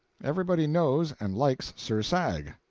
everybody knows and likes sir sag.